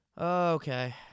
Okay